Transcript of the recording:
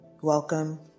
Welcome